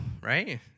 right